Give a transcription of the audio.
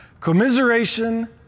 commiseration